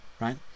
right